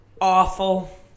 Awful